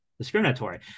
Discriminatory